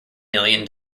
million